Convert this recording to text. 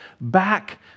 back